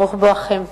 ברוך בואכם.